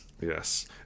Yes